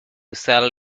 cell